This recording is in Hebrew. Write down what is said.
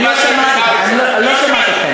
האם בדקתם, אני לא שמעתי אותה.